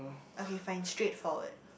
okay fine straight forward